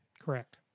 Correct